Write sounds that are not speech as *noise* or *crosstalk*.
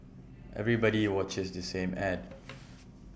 everybody watches the same Ad *noise*